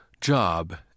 job